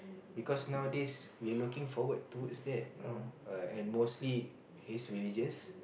because nowadays we looking forward towards that you know and mostly he's religious